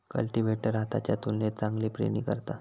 cultivator हाताच्या तुलनेत चांगली पेरणी करता